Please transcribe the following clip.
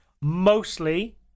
mostly